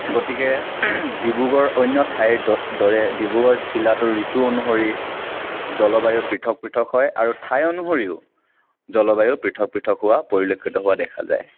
গতিকে ডিব্ৰুগড় অন্য ঠাইৰ দ দৰে ডিব্ৰুগড় জিলাতো ঋতু অনুসৰি জলবায়ু পৃথক পৃথক হয় আৰু ঠাই অনুসৰিও জলবায়ু পৃথক পৃথক হোৱা পৰিলক্ষিত হোৱা দেখা যায়